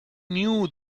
knew